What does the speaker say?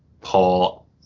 Paul